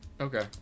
Okay